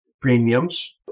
premiums